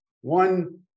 one